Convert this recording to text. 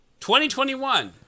2021